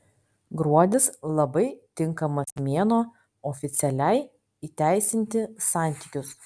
gruodis labai tinkamas mėnuo oficialiai įteisinti santykius